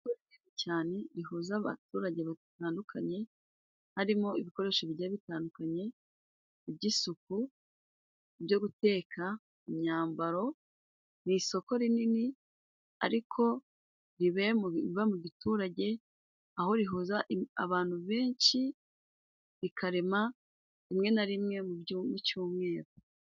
Isoko rinini cyane rihuza abaturage batandukanye. Harimo ibikoresho bigiye bitandukanye by'isuku, byo guteka, imyambaro, ni isoko rinini ariko riba mu giturage aho rihuza abantu benshi, rikarema rimwe na rimwe mu cyumweru.